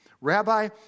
Rabbi